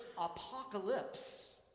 apocalypse